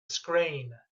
screen